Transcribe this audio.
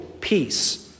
peace